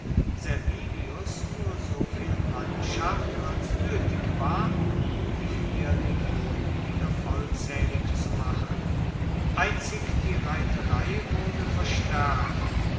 servilius nur soviel mannschaft als noetig war um die vier legionen wieder vollzaehlig zu machen einzig die reiterei wurde verstaerkt